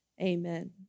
amen